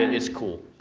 and it's cool.